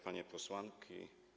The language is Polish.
Panie Posłanki!